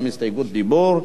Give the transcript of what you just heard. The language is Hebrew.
ותיכנס לספר החוקים.